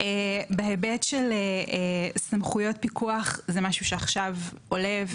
בהיבט של סמכויות פיקוח, זה משהו שעכשיו עולה.